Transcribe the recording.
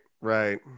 right